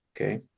okay